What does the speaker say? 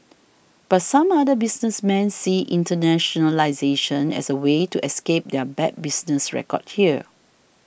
but some other businessmen see internationalisation as a way to escape their bad business record here